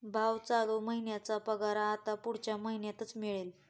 भाऊ, चालू महिन्याचा पगार आता पुढच्या महिन्यातच मिळेल